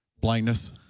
Blindness